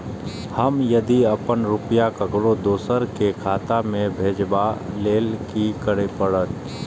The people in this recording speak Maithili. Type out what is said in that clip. हम यदि अपन रुपया ककरो दोसर के खाता में भेजबाक लेल कि करै परत?